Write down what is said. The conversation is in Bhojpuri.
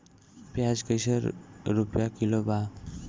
प्याज कइसे रुपया किलो बा?